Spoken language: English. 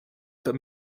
but